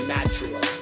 Natural